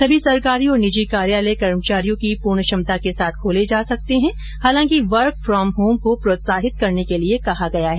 सभी सरकारी और निजी कार्यालय कर्मचारियों की पूर्ण क्षमता के साथ खोले जा सकते हैं हालांकि वर्क फ्रॉम होम को प्रोत्साहित करने के लिये कहा गया है